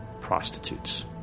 prostitutes